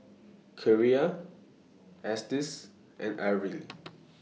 Kierra Estes and Arly